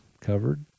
covered